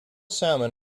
salmon